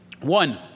One